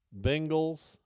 Bengals